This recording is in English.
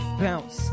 bounce